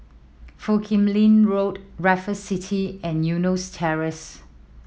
Foo Kim Lin Road Raffles City and Eunos Terrace